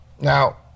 Now